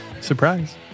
Surprise